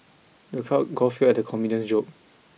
the crowd guffawed at the comedian's joke